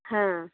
হ্যাঁ